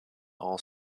all